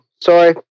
sorry